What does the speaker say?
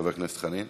חבר הכנסת חנין.